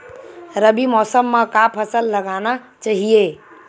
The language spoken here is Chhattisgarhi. रबी मौसम म का फसल लगाना चहिए?